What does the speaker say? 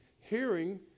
Hearing